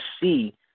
see